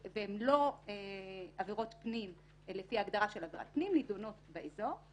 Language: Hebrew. והן לא עבירות פנים לפי ההגדרה של עבירת פנים נדונות באזור.